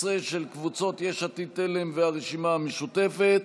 14, של קבוצת הרשימה המשותפת: